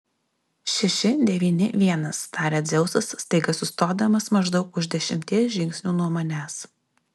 šeši devyni vienas taria dzeusas staiga sustodamas maždaug už dešimties žingsnių nuo manęs